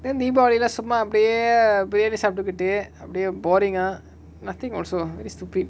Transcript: then deepavali lah சும்மா அப்டியே:summa apdiye briyani சாப்டுகிட்டு அப்டியே:saaptukittu apdiye boring ah nothing also stupid